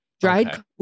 dried